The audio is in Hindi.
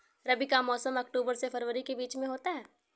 रबी का मौसम अक्टूबर से फरवरी के बीच में होता है